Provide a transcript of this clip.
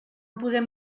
podem